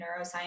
neuroscience